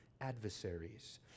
adversaries